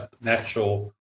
natural